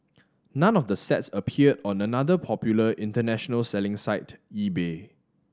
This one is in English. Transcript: none of the sets appeared on another popular international selling site eBay